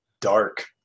dark